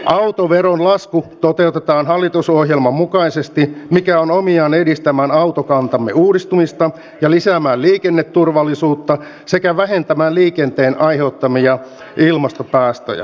autoveron lasku toteutetaan hallitusohjelman mukaisesti mikä on omiaan edistämään autokantamme uudistumista ja lisäämään liikenneturvallisuutta sekä vähentämään liikenteen aiheuttamia ilmastopäästöjä